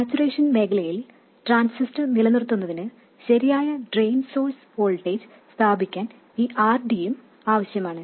saturation മേഖലയിൽ transistor നിലനിർത്തുന്നതിന് ശരിയായ ഡ്രെയിൻ സോഴ്സ് വോൾട്ടേജ് സ്ഥാപിക്കാൻ ഈ RD യും ആവശ്യമാണ്